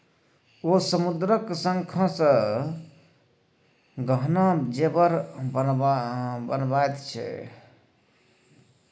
ओ समुद्रक शंखसँ गहना जेवर बनाबैत छै